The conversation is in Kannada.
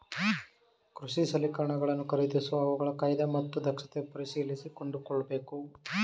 ಕೃಷಿ ಸಲಕರಣೆಗಳನ್ನು ಖರೀದಿಸುವಾಗ ಅವುಗಳ ವಾಯ್ದೆ ಮತ್ತು ದಕ್ಷತೆಯನ್ನು ಪರಿಶೀಲಿಸಿ ಕೊಂಡುಕೊಳ್ಳಬೇಕು